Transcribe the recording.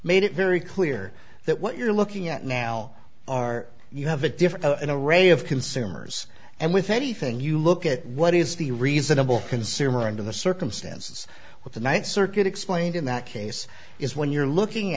made it very clear that what you're looking at now are you have a difference in a ray of consumers and with anything you look at what is the reasonable consumer and in the circumstances what the ninth circuit explained in that case is when you're looking